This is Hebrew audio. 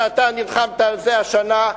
שאתה נלחמת עליו השנה.